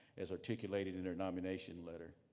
as articulated in her nomination letter.